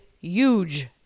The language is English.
huge